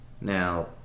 now